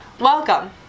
Welcome